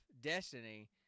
Destiny